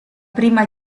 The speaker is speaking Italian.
prima